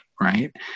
right